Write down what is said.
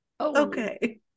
Okay